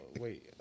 wait